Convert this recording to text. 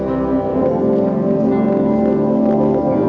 or or